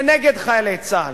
זה נגד חיילי צה"ל,